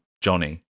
Johnny